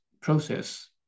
process